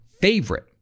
favorite